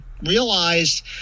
realized